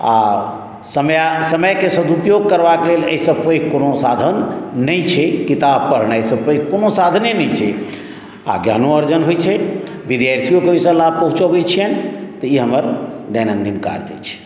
आओर समय समयके सदुपयोग करबाक लेल अइसँ पैघ कोनो साधन नहि छै किताब पढनाइसँ पैघ कोनो साधने नहि छै आओर ज्ञानो अर्जन होइ छै विद्यार्थियोके ओइसँ लाभ पहुँचऽबै छियनि तऽ ई हमर दिनानुदिन कार्य अछि